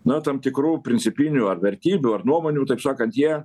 na tam tikrų principinių ar vertybių ar nuomonių taip sakant jie